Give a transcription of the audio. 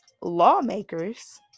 lawmakers